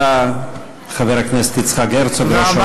בבקשה, חבר הכנסת יצחק הרצוג, ראש האופוזיציה.